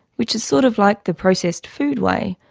which is sort of like the processed food way,